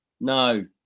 no